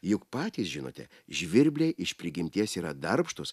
juk patys žinote žvirbliai iš prigimties yra darbštūs